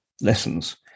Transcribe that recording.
lessons